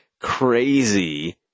crazy